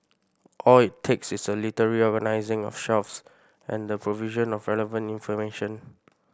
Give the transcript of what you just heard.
all it takes is a little reorganising of shelves and the provision of relevant information